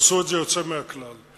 עשו את זה יוצא מן הכלל.